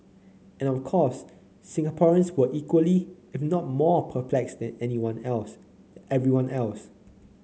and of course Singaporeans were equally if not more perplexed than everyone else